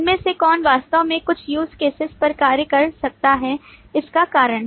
इनमें से कौन वास्तव में कुछ use cases पर कार्य कर सकता है इसका कारण